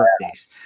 birthdays